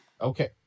Okay